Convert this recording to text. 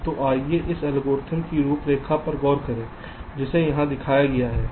तो आइए इस एल्गोरिथ्म की रूपरेखा पर गौर करें जिसे यहाँ दिखाया गया है